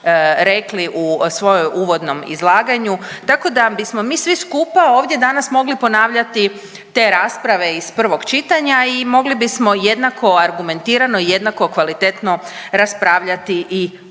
rekli u svojoj uvodnom izlaganju, tako da bismo mi svi skupa ovdje danas mogli ponavljati te rasprave iz prvog čitanja i mogli bismo jednako argumentirano i jednako kvalitetno raspravljati i ovaj